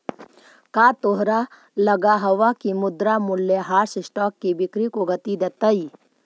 का तोहरा लगअ हवअ की मुद्रा मूल्यह्रास स्टॉक की बिक्री को गती देतई